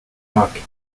park